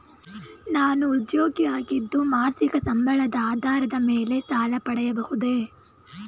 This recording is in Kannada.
ನಾನು ಉದ್ಯೋಗಿ ಆಗಿದ್ದು ಮಾಸಿಕ ಸಂಬಳದ ಆಧಾರದ ಮೇಲೆ ಸಾಲ ಪಡೆಯಬಹುದೇ?